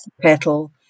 petal